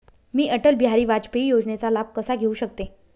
मी अटल बिहारी वाजपेयी योजनेचा लाभ कसा घेऊ शकते?